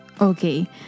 Okay